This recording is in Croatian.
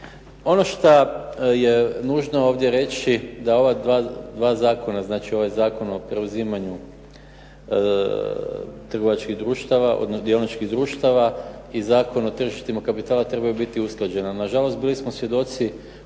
Ono šta je nužno ovdje reći da ova zakona, znači ovaj Zakon o preuzimanju trgovačkih društava, dioničkih društava i Zakon o tržištima kapitala trebalo je biti usklađeno. Na žalost bili smo svjedoci